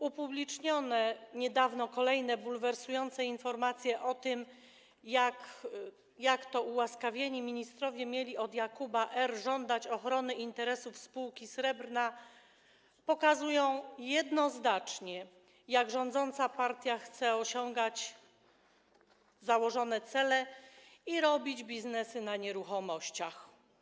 Upublicznione niedawno kolejne bulwersujące informacje o tym, jak to ułaskawieni ministrowie mieli od Jakuba R. żądać ochrony interesów spółki Srebrna, pokazują jednoznacznie, jak rządząca partia chce osiągać założone cele i robić biznesy na nieruchomościach.